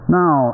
now